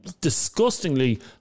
disgustingly